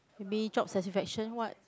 maybe job satisfaction what